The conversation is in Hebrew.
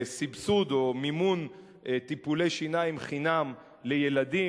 סבסוד או מימון טיפולי שיניים חינם לילדים,